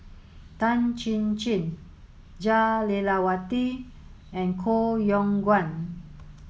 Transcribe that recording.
Tan Chin Chin Jah Lelawati and Koh Yong Guan